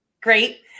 great